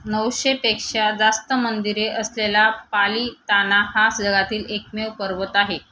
नऊशेपेक्षा जास्त मंदिरे असलेला पाली ताना हा जगातील एकमेव पर्वत आहे